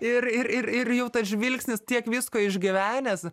ir ir ir ir jau tas žvilgsnis tiek visko išgyvenęs